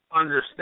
understand